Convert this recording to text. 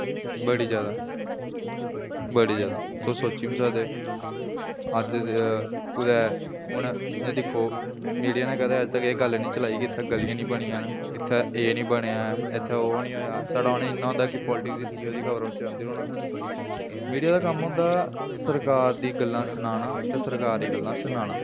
बड़ी जादा बड़ी जादा तुस सोची बी निं सकदे अज्ज दे कुदै हून जियां दिक्खो मीडिया ने कदें अज्ज तक एह् गल्ल नी चलाई कि इत्थें गलियां निं बनियां न इत्थें एह् निं बनेआऐ इत्थें ओह् निं होएया छड़ा उ'नें पालिटिक्स दी खबरां चलांदे रौह्ना मीडिया दा कम्म होंदा सरकार दी गल्लां सनाना ते सरकार गी गल्लां सनाना